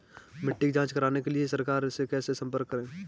मिट्टी की जांच कराने के लिए सरकार से कैसे संपर्क करें?